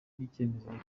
n’icyemezo